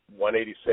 186